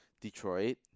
Detroit